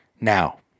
Now